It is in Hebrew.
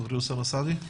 חברי אוסאמה סעדי.